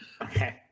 Okay